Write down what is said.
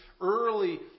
early